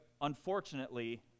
Unfortunately